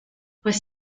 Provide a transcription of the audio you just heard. pues